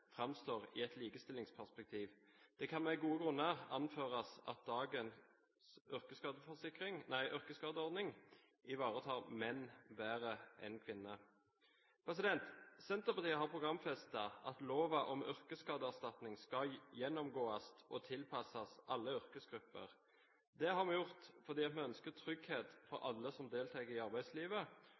framstår i et likestillingsperspektiv. Det kan med gode grunner anføres at dagens yrkesskadeordning ivaretar menn bedre enn kvinner. Senterpartiet har programfestet at loven om yrkesskadeerstatning skal gjennomgås og tilpasses alle yrkesgrupper. Det har vi gjort fordi vi ønsker trygghet for alle som deltar i arbeidslivet,